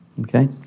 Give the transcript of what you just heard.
okay